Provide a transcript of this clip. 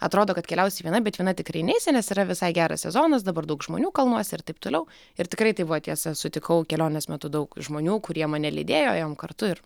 atrodo kad keliausi viena bet viena tikrai neisi nes yra visai geras sezonas dabar daug žmonių kalnuose ir taip toliau ir tikrai tai buvo tiesa sutikau kelionės metu daug žmonių kurie mane lydėjo ėjom kartu ir